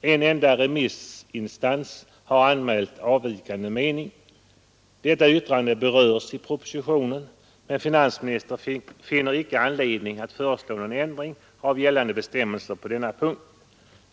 En enda remissinstans har anmält avvikande mening. Detta yttrande berörs i propositionen, men finansministern finner icke anledning föreslå någon ändring av gällande bestämmelser på denna punkt.